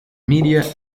media